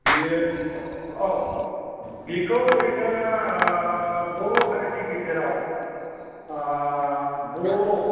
बियो औ बिखौ ओरैनो बर' हारिनि गेजेराव बर'